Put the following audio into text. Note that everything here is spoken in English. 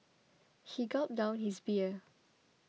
he gulped down his beer